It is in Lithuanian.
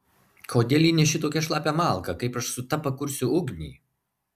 kodėl įneši tokią šlapią malką kaip aš su ta pakursiu ugnį